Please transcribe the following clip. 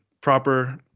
proper